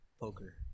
Poker